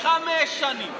לחמש שנים,